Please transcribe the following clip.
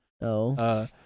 No